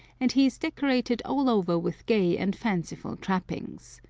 and he is decorated all over with gay and fanciful trappings.